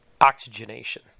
oxygenation